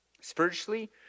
Spiritually